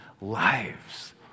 lives